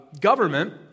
government